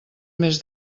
més